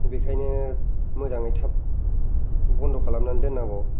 बेखायनो मोजाङै थाब बन्द' खालामनानै दोननांगौ